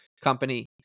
company